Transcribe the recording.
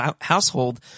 household